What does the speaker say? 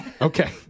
Okay